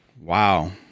Wow